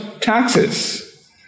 taxes